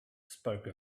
spoke